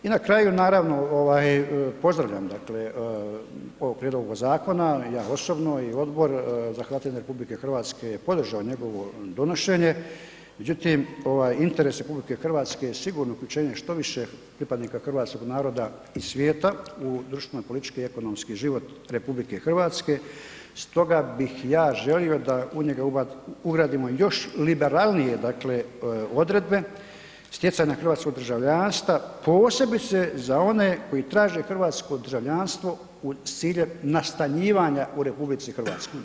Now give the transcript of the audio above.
I na kraju naravno, pozdravljam dakle ovaj prijedlog zakona, ja osobno i Odbor za Hrvate izvan RH je podržao njegovo donošenje međutim interes RH je sigurno uključenje što više pripadnika hrvatskog naroda iz svijeta u društveno politički i ekonomski život RH, stoga bih ja želio da u njega ugradimo još liberalnije dakle odredbe stjecanja hrvatskog državljanstva posebice za one koji traže hrvatsko državljanstvo s ciljem nastanjivanja u RH.